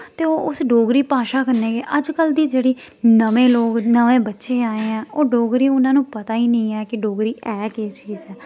ते ओह् उस डोगरी भाशा कन्नै गै अजकल्ल दी जेह्ड़ी नमें लोक नमें बच्चे आए ऐं ओह् डोगरी उनां नू पता गै निं ऐ कि डोगरी है केह् चीज ऐ